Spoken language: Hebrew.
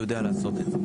הוא יודע לעשות את זה.